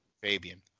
Fabian